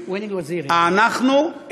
ואנחנו,